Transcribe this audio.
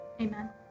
Amen